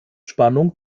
spannung